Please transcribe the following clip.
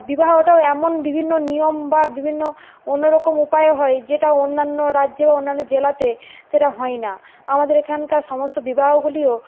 বিবাহটাও এমন বিভিন্ন নিয়ম বা বিভিন্ন অন্য রকম উপায়ে হয় যেটা অন্যান্য রাজ্যে বা অন্যান্য জেলাতে সেটা হয় না আমাদের এখানকার সমস্ত বিবাহগুলিও